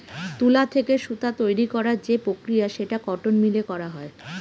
তুলা থেকে সুতা তৈরী করার যে প্রক্রিয়া সেটা কটন মিলে করা হয়